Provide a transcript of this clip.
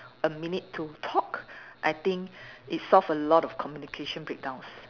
a minute to talk I think it solve a lot of communication breakdowns